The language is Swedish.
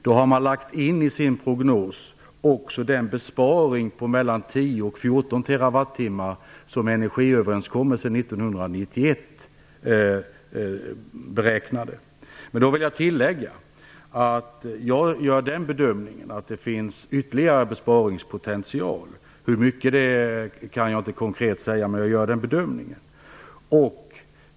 Då har man i sin prognos också lagt in den besparing på mellan 10 och 14 terrawattimmar som beräknades i energiöverenskommelsen 1991. Men jag vill tillägga att jag gör den bedömningen att det finns ytterligare besparingspotential - hur mycket kan jag inte säga konkret.